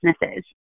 businesses